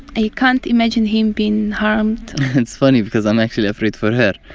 i can't imagine him being harmed it's funny because i'm actually afraid for her.